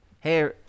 Hey